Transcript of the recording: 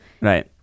right